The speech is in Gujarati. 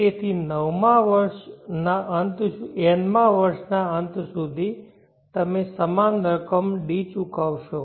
તેથી નવમા વર્ષના અંત સુધી તમે સમાન રકમ D ચૂકવશો છો